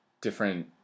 different